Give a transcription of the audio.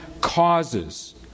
causes